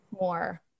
more